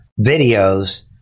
videos